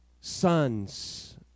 sons